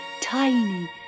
tiny